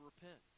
repent